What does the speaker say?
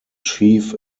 chief